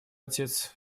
отец